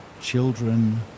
children